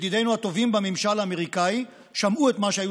ידידינו הטובים בממשל האמריקאי שמעו את מה שהיו